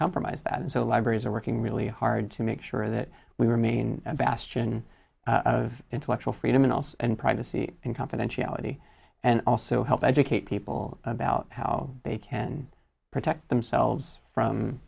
compromise that and so libraries are working really hard to make sure that we remain a bastion of intellectual freedom and also and privacy and confidentiality and also help educate people about how they can protect themselves from